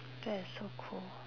that's so cool